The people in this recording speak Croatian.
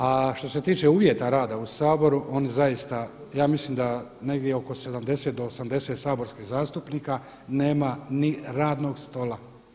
A što se tiče uvjeta rada u Saboru, ja mislim da negdje oko 70 do 80 saborskih zastupnika nema ni radnog stola.